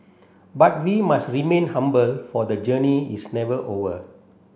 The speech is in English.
but we must remain humble for the journey is never over